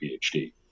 PhD